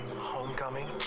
Homecoming